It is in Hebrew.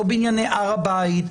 לא בענייני הר הבית,